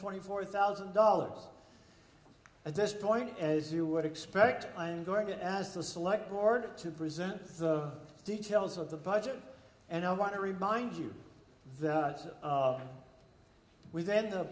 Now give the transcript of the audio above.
twenty four thousand dollars at this point as you would expect i enjoyed it as the select board to present the details of the budget and i want to remind you that it's within the